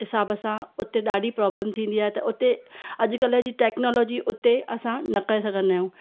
हिसाब सां उते ॾाढी प्रॉब्लम थींदी आहे त उते अॼुकल्ह जी टेक्नोलॉजी उते असां न करे सघंदा आहियूं